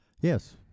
Yes